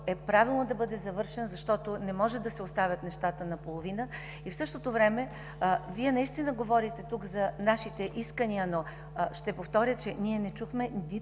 е правилно да бъде завършен, защото нещата не могат да се оставят наполовина. В същото време Вие наистина говорихте тук за нашите искания, но ще повторя: не чухме нито